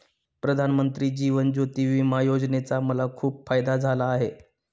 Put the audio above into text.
प्रधानमंत्री जीवन ज्योती विमा योजनेचा मला खूप फायदा झाला आहे